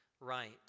right